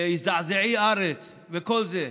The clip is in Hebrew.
והזדעזעי ארץ וכל זה.